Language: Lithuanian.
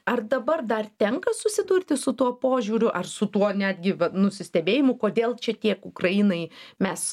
ar dabar dar tenka susidurti su tuo požiūriu ar su tuo netgi nusistebėjimu kodėl čia tiek ukrainai mes